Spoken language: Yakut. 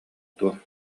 дуо